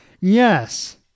Yes